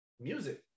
music